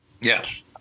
Yes